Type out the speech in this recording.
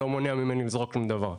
לא מונע ממני לזרוק שום דבר.